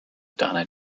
donna